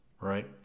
right